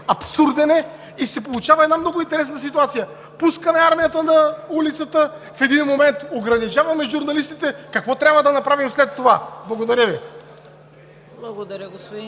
абсурден е и се получава една много интересна ситуация: пускаме армията на улицата, в един момент ограничаваме журналистите – какво трябва да направим след това? Благодаря Ви. ПРЕДСЕДАТЕЛ